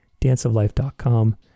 danceoflife.com